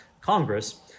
Congress